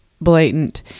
blatant